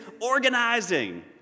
organizing